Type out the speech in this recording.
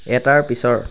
এটাৰ পিছৰ